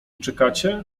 czekacie